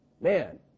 Man